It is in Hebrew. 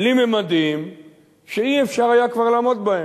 לממדים שלא היה אפשר כבר לעמוד בהם.